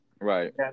Right